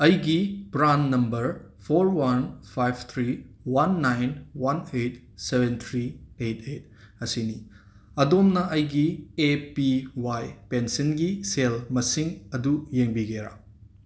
ꯑꯩꯒꯤ PRAN number four one five three one nine one eight seven three eight eight ꯑꯁꯤꯅꯤ ꯑꯗꯣꯝꯅ ꯑꯩꯒꯤ A P Y ꯄꯦꯟꯁꯤꯟꯒꯤ ꯁꯦꯜ ꯃꯁꯤꯡ ꯑꯗꯨ ꯌꯦꯡꯕꯤꯒꯦꯔ